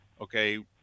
Okay